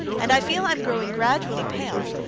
and i feel i'm growing gradually pale,